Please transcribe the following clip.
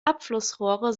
abflussrohre